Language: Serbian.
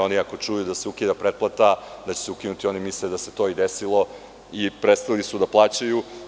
Oni ako čuju da se ukida pretplata da će se ukinuti, oni misle da se to i desilo i prestali su da plaćaju.